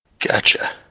Gotcha